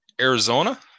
Arizona